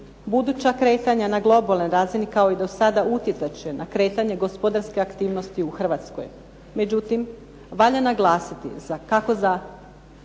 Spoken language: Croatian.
Buduća kretanja na globalnoj razini kao i do sada utjecat će na kretanje gospodarske aktivnosti u Hrvatskoj. Međutim, valjda naglasiti kako za